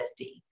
50